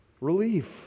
Relief